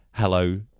Hello